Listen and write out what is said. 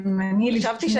אני ירושלמית,